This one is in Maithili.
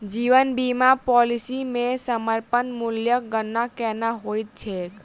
जीवन बीमा पॉलिसी मे समर्पण मूल्यक गणना केना होइत छैक?